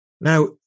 Now